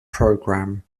program